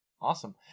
awesome